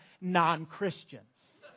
non-Christians